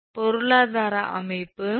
பொருளாதார அமைப்பு 2